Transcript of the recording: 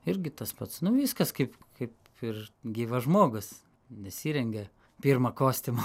irgi tas pats nu viskas kaip kaip ir gyvas žmogus nesirengia pirma kostiumo